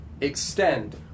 extend